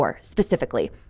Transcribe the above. specifically